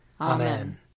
Amen